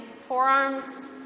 Forearms